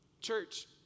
Church